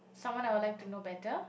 someone I would like to know better